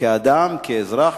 כאדם, כאזרח,